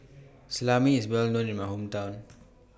Salami IS Well known in My Hometown